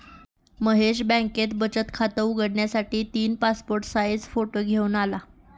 महेश बँकेत बचत खात उघडण्यासाठी तीन पासपोर्ट साइज फोटो घेऊन आला